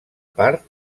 part